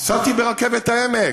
נסעתי ברכבת העמק,